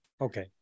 Okay